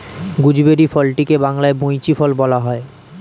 gooseberry ফলটিকে বাংলায় বৈঁচি ফল বলা হয়